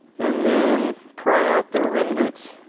and then pry out the remnants.